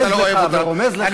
אני רומז לך ורומז לך,